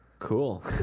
Cool